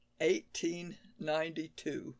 1892